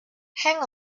hang